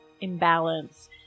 imbalance